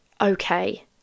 okay